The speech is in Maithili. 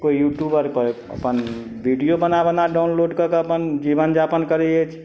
कोइ यूट्यूबरपर अपन वीडियो बना बना डाउनलोड कऽ कऽ अपन जीवनयापन करय अछि